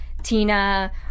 Tina